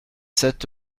sept